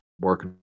working